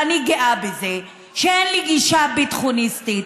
ואני גאה בזה שאין לי גישה ביטחוניסטית